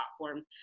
platform